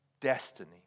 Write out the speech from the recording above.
destiny